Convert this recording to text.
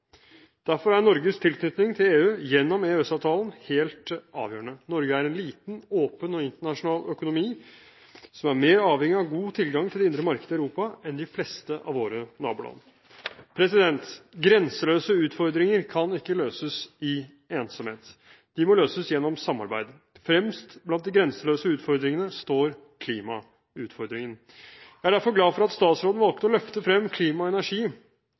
Derfor er Norges tilknytning til EU gjennom EØS-avtalen helt avgjørende. Norge er en liten, åpen og internasjonal økonomi som er mer avhengig av god tilgang til det indre markedet i Europa enn de fleste av våre naboland. Grenseløse utfordringer kan ikke løses i ensomhet, de må løses gjennom samarbeid. Fremst blant de grenseløse utfordringene står klimautfordringen. Jeg er derfor glad for at statsråden valgte å løfte frem klima og energi